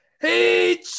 hey